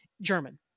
German